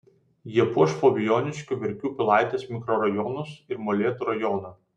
jie puoš fabijoniškių verkių pilaitės mikrorajonus ir molėtų rajoną